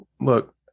look